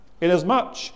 Inasmuch